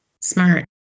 Smart